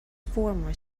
former